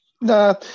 No